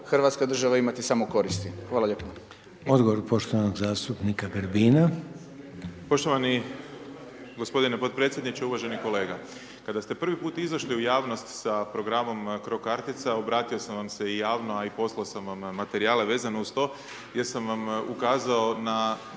hrvatska država imati samo koristi. Hvala lijepo. **Reiner, Željko (HDZ)** Odgovor poštovanog zastupnika Grbina. **Grbin, Peđa (SDP)** Poštovani gospodine podpredsjedniče. Uvaženi kolega, kada ste prvi puta izašli u javnost sa programom cro kartica, obratio sam vam se i javno, a i poslao sam vam materijale vezano uz to jer sam vam ukazao na